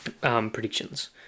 predictions